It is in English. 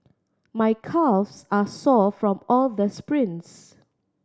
my calves are sore from all the sprints